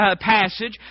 passage